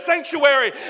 sanctuary